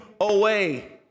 away